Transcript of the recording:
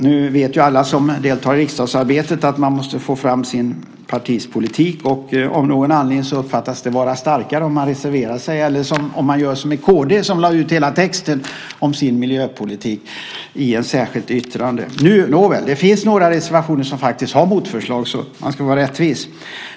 Nu vet ju alla som deltar i riksdagsarbetet att man måste få fram sitt partis politik, och av någon anledning uppfattas det vara starkare om man reserverar sig - eller om man gör som kd, som lade ut hela texten om sin miljöpolitik i ett särskilt yttrande. Nåväl, det finns några reservationer som faktiskt har motförslag. Man ska vara rättvis.